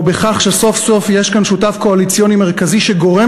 או בכך שסוף-סוף יש כאן שותף קואליציוני מרכזי שגורם